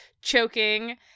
choking